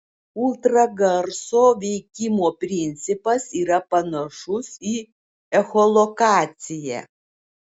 ultragarso veikimo principas yra panašus į echolokaciją